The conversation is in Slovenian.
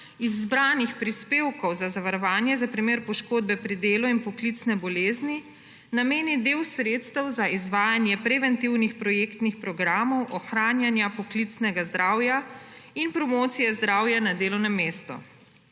iz zbranih prispevkov za zavarovanje za primer poškodbe pri delu in poklicne bolezni nameni del sredstev za izvajanje preventivnih projektnih programov ohranjanja poklicnega zdravja in promocije zdravja na delovnem mestu.